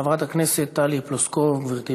חברת הכנסת טלי פלוסקוב, גברתי,